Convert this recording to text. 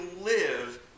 live